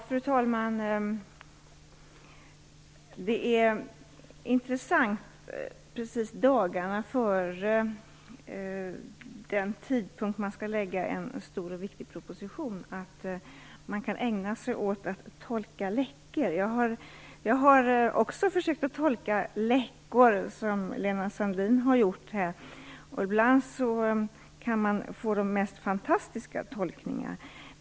Fru talman! Det är intressant att man precis dagarna innan en stor och viktig proposition skall läggas fram kan ägna sig åt att tolka läckor. Jag har också försökt att tolka läckor, som Lena Sandlin har gjort. Ibland kan man få de mest fantastiska tolkningar.